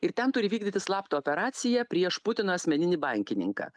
ir ten turi vykdyti slaptą operaciją prieš putino asmeninį bankininką